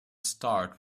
start